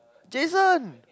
Jason